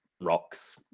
rocks